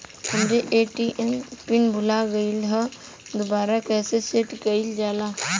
हमरे ए.टी.एम क पिन भूला गईलह दुबारा कईसे सेट कइलजाला?